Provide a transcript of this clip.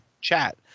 chat